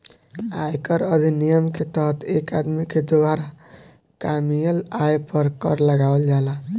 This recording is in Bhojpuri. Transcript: आयकर अधिनियम के तहत एक आदमी के द्वारा कामयिल आय पर कर लगावल जाला